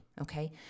okay